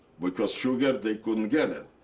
because sugar they couldn't get it.